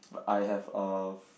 but I have a